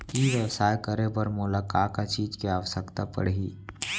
ई व्यवसाय करे बर मोला का का चीज के आवश्यकता परही?